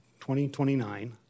2029